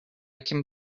can